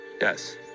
Yes